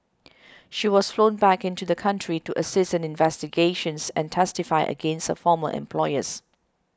she was flown back into the country to assist in investigations and testify against her former employers